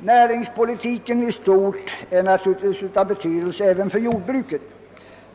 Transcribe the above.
Näringspolitiken i stort är naturligtvis av betydelse även för jordbruket,